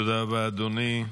תודה רבה, אדוני.